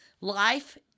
Life